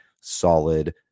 solid